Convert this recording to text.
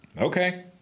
Okay